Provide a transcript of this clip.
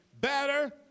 better